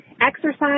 exercise